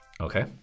Okay